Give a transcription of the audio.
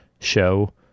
show